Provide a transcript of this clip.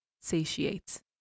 satiates